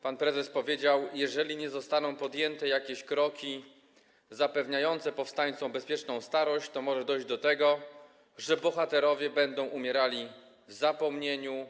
Pan prezes powiedział: Jeżeli nie zostaną podjęte jakieś kroki zapewniające powstańcom bezpieczną starość, to może dojść do tego, że bohaterowie będą umierali w zapomnieniu.